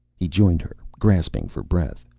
he joined her, grasping for breath.